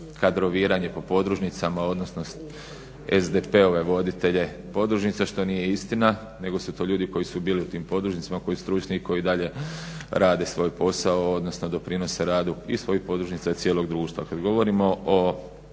kadroviranje po podružnicama odnosno SDP-ove voditelje podružnice što nije istina, nego su to ljudi koji su bili u tim podružnicama koji su stručni koji i dalje rade svoj posao, odnosno doprinose radu i svojih podružnica i cijelog društva.